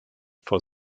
for